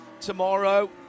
tomorrow